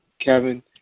Kevin